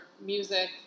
music